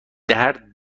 درد